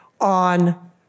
on